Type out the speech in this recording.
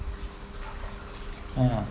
ah